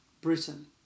britain